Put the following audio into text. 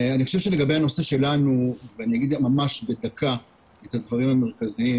אני חושב שלגבי הנושא שלנו ואני אומר ממש בדקה את הדברים המרכזיים